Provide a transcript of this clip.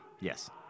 Yes